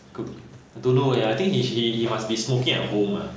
could I don't know eh I think he sh~ he must be smoking at home ah